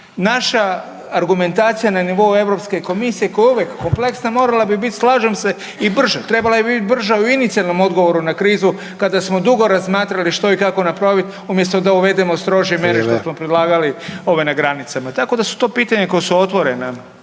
Naša argumentacija na nivou Europske komisije koja je uvijek kompleksna morala bi biti slažem se i brže. Trebala bi biti brža i u inicijalnom odgovoru na krizu kada smo dugo razmatrali što i kako napraviti umjesto da uvedemo strože mjere što smo predlagali na granicama. Tako da su to pitanja koja su otvorena.